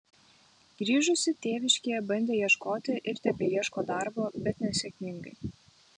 grįžusi tėviškėje bandė ieškoti ir tebeieško darbo bet nesėkmingai